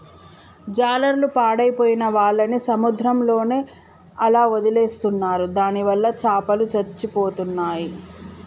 జాలర్లు పాడైపోయిన వాళ్ళని సముద్రంలోనే అలా వదిలేస్తున్నారు దానివల్ల చాపలు చచ్చిపోతున్నాయి